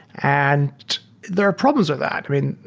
and there are problems with that. i mean,